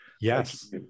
Yes